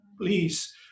please